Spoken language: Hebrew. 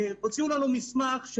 הוציאו לנו מסמך.